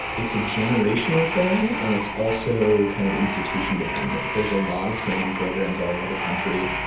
it's a generational thing, and it's also kind of institution dependent. there's a lot of training programs all over the country.